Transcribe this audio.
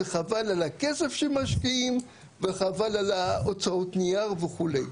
זה חבל על הכסף שמשקיעים וחבל על הוצאות הנייר וכולי.